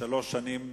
שלוש שנים